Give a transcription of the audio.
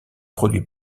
produits